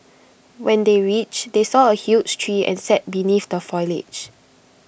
when they reached they saw A huge tree and sat beneath the foliage